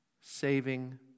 saving